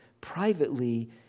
privately